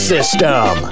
System